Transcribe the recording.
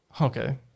okay